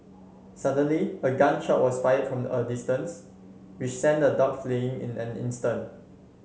suddenly a gun shot was fire from a distance which sent the dogs fleeing in an instant